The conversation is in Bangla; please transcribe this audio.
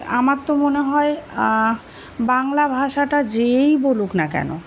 আমার তো মনে হয় বাংলা ভাষাটা যেই বলুক না কেন